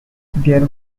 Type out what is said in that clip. their